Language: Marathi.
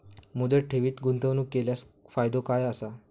मुदत ठेवीत गुंतवणूक केल्यास फायदो काय आसा?